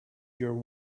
your